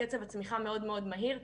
"קצב הצמיחה מאוד מאוד מהיר",